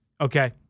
Okay